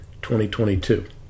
2022